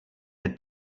the